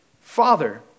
father